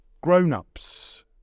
Grown-ups